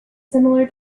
similar